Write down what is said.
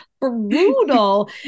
brutal